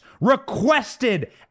requested